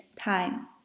time